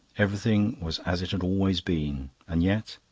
everything was as it had always been. and yet,